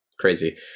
crazy